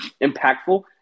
impactful